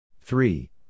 Three